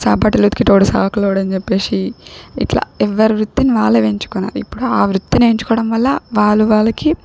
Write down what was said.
సాబటలు ఉతికేటోడు సాకలోడనిచెప్పేసి ఇట్లా ఎవ్వరి వృత్తిని వాళ్ళే వెంచుకున్నారు ఇప్పుడు ఆ వృత్తినెంచుకోవడం వల్ల వాళ్ళు వాళ్ళకి